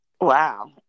Wow